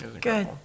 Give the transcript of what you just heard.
Good